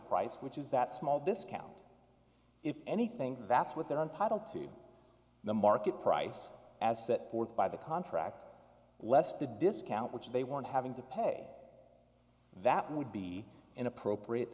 price which is that small this count if anything that's what they're entitled to the market price as set forth by the contract less the discount which they want having to pay that would be inappropriate